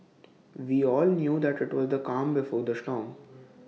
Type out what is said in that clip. we all knew that IT was the calm before the storm